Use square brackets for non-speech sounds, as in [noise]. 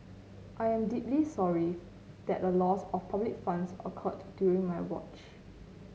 I am deeply sorry [unintelligible] that a loss of public funds occurred during my watch